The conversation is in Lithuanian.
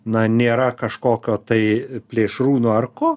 na nėra kažkokio tai plėšrūno ar ko